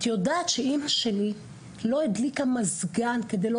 ״את יודעת שאמא שלי לא הדליקה מזגן כדי לא